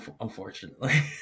Unfortunately